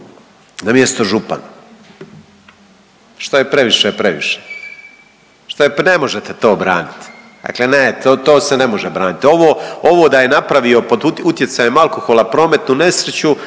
na mjesto župana. Šta je previše, previše, pa ne možete to branit, dakle to se ne može branit. Ovo da je napravio pod utjecajem alkohola prometnu nesreću